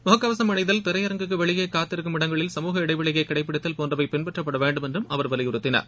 முகக்கவசம் அணிதல் திரையரங்குக்கு வெளியே காத்திருக்கும் இடங்களில் சமூக இடைவெளியை கடைப்பிடித்தல் போன்றவை பின்பற்றப்பட வேண்டும் என்றும் அவர் வலியுறுத்தினார்